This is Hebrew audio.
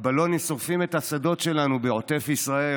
הבלונים שורפים את השדות שלנו בעוטף ישראל,